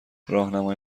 راهنمای